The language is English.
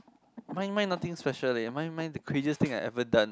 mine mine nothing special leh mine mine the craziest thing I ever done